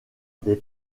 des